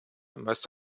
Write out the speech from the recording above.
meist